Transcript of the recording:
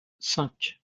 cinq